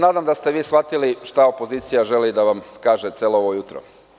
Nadam se da ste shvatili šta opozicija želi da vam kaže celo ovo jutro.